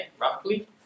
roughly